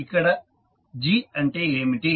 ఇక్కడ g అంటే ఏమిటి